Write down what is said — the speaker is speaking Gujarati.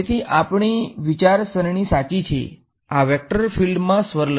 તેથી આપણી વિચાર સરણી સાચી છે આ વેક્ટર ફીલ્ડમાં ને સ્વર્લ છે